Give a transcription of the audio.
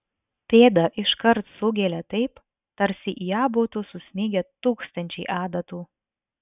pėdą iškart sugėlė taip tarsi į ją būtų susmigę tūkstančiai adatų